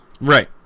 right